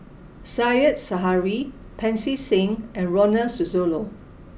said Zahari Pancy Seng and Ronald Susilo